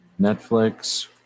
Netflix